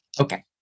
Okay